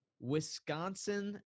Wisconsin